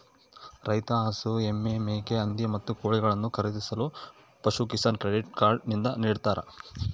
ರೈತ ಹಸು, ಎಮ್ಮೆ, ಮೇಕೆ, ಹಂದಿ, ಮತ್ತು ಕೋಳಿಗಳನ್ನು ಖರೀದಿಸಲು ಪಶುಕಿಸಾನ್ ಕ್ರೆಡಿಟ್ ಕಾರ್ಡ್ ನಿಂದ ನಿಡ್ತಾರ